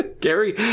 Gary